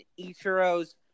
Ichiro's